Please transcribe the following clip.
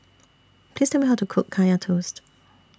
Please Tell Me How to Cook Kaya Toast